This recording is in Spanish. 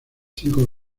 cinco